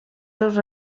seus